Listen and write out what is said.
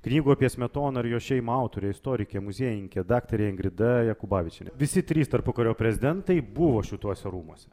knygų apie smetoną ir jo šeimą autorė istorikė muziejininkė daktarė ingrida jakubavičienė visi trys tarpukario prezidentai buvo šituose rūmuose